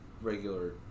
regular